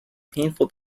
painful